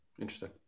Interesting